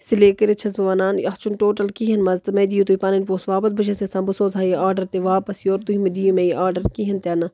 اسی لیے کٔرِتھ چھَس بہٕ ونان اَتھ چھُنہٕ ٹوَٹل کِہیٖنٛۍ مزٕ تہٕ مےٚ دِیِو تُہۍ پنٕںۍ پۅنٛسہٕ واپس بہٕ چھَس یژھان بہٕ سوزٕ ہا یہِ آرڈَر تہِ واپس یورٕ تُہۍ مہِٕ دِیِو مےٚ یہِ آرڈَر کِہیٖنٛۍ تہِ نہٕ